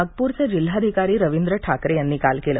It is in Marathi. नागपूरचे जिल्हाधिकारी रविंद्र ठाकरे यांनी काल केलं